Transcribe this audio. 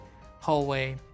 hallway